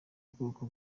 ubwoko